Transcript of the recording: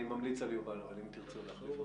אני ממליץ על יובל, אם תרצו להחליף אותו.